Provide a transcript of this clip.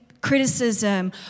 criticism